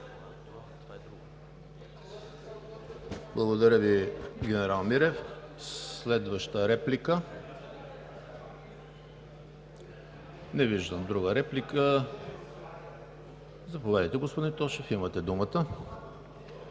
Благодаря Ви, генерал Милев. Следваща реплика? Не виждам. Заповядайте, господин Тошев, имате думата